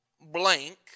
blank